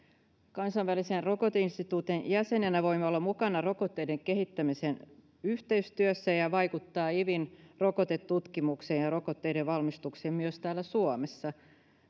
kansainvälisen rokoteinstituutin jäsenenä voimme olla mukana rokotteiden kehittämisen yhteistyössä ja vaikuttaa ivin rokotetutkimukseen ja rokotteiden valmistukseen myös täällä suomessa